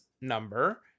number